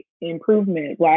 improvement